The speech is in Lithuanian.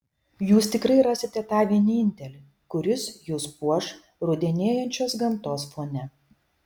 jūs tikrai rasite tą vienintelį kuris jus puoš rudenėjančios gamtos fone